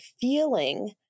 feeling